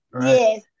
Yes